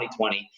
2020